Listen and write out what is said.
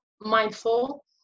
mindful